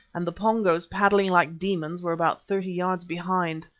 and the pongos, paddling like demons, were about thirty yards behind.